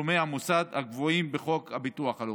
בתשלומי המוסד הקבועים בחוק הביטוח הלאומי.